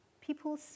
people